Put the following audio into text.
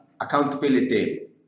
accountability